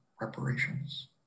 reparations